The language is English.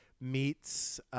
meets